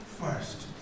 first